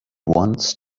once